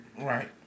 Right